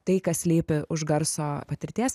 tai kas slypi už garso patirties